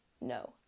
No